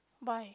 why